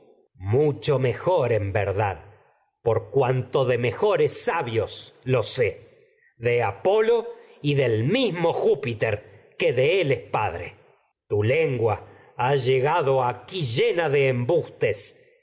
mucho mejor sabios es verdad y por cuanto mejores de él lo sé de apolo del mismo júpiter llena lo que padre tu lengua jia llegado aquí muy de embustes